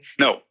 no